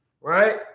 right